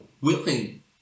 willing